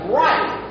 right